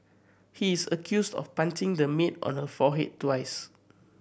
he is accused of punching the maid on her forehead twice